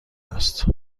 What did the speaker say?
است